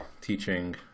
teaching